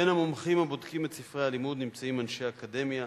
בין המומחים הבודקים את ספרי הלימוד נמצאים אנשי אקדמיה,